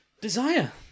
Desire